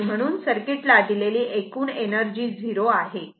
आणि म्हणून सर्किट ला दिलेली एकूण एनर्जी 0 आहे